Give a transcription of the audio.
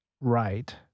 right